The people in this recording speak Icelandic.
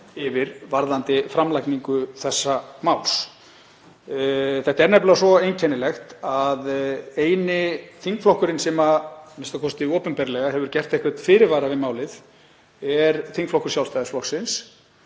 yfir varðandi framlagningu þessa máls. Það er nefnilega svo einkennilegt að eini þingflokkurin sem a.m.k. opinberlega hefur gert einhvern fyrirvara við málið er þingflokkur Sjálfstæðisflokksins